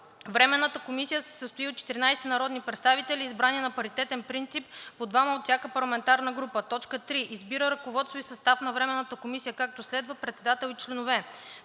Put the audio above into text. Временната комисия се състои от 14 народни представители, избрани на паритетен принцип – по двама от всяка парламентарна група. 3. Избира ръководство и състав на Временната комисия, както следва: Председател:… Членове:…